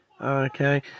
Okay